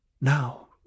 Now